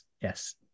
yes